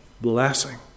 blessing